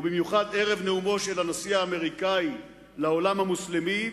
ובמיוחד ערב נאומו של הנשיא האמריקני לעולם המוסלמי,